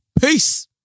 Peace